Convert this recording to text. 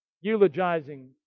eulogizing